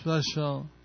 special